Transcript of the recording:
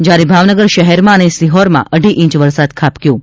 જયારે ભાવનગર શહેરમાં અને શિહોરમાં અઢી ઈંચ વરસાદ ખાબકી ગયો છે